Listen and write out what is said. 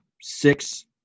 six